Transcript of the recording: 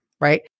right